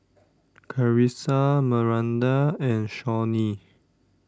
Carisa Maranda and Shawnee